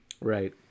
right